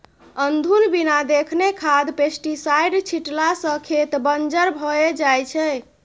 अनधुन बिना देखने खाद पेस्टीसाइड छीटला सँ खेत बंजर भए जाइ छै